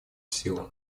силу